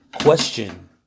question